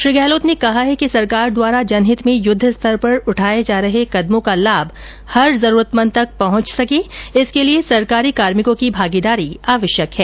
श्री गहलोत ने कहा है कि सरकार द्वार जनहित में युद्धस्तर पर उठाये जा रहे कदमों का लाभ हर जरूरतमंद तक पहुंच सके इसके लिए सरकारी कार्मिकों की भागीदारी भी आवश्यक है